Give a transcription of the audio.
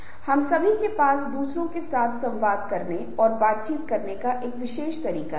बेशक समूह बनाने और समूह को बोलने के माध्यम से प्रभावी बनाने के लिए यह एक बहुत बड़ी चुनौती है